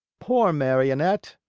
poor marionette,